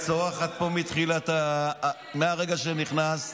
את צורחת פה מהרגע שנכנסת.